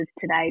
today